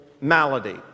malady